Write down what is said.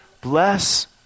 bless